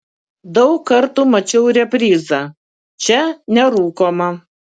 daug kartų mačiau reprizą čia nerūkoma